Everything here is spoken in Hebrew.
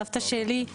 סבתא שלי,